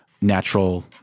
natural